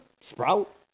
sprout